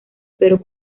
pero